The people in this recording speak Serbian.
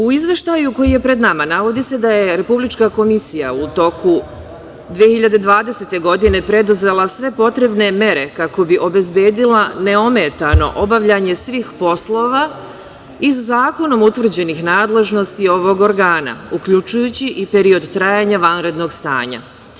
U Izveštaju koji je pred nama navodi se da je Republička komisija u toku 2020. godine preduzela sve potrebne mere kako bi obezbedila neometano obavljanje svih poslova iz zakonom utvrđenim nadležnosti ovog organa uključujući i period trajanja vanrednog stanja.